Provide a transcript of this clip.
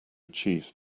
achieve